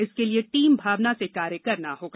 इसके लिए टीम भावना से कार्य करना होगा